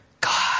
God